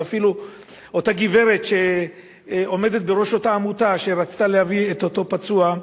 ואפילו אותה גברת שעומדת בראש אותה עמותה שרצתה להביא את אותו פצוע,